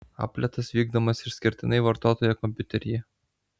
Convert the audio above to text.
apletas vykdomas išskirtinai vartotojo kompiuteryje